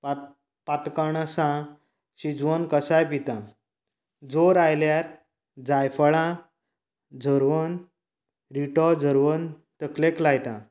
पात पातकणसां शिजोवन कसाय पिता जोर आयल्यार जायफळां झरोवन रिटो झरोवन तकलेक लायतां